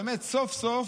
באמת סוף-סוף